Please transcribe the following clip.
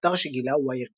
האתר שגילה, וייר פאץ',